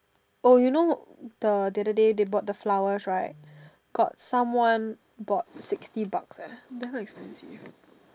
oh you know the the other day they bought the flowers right got some one bought sixty bucks eh damn expensive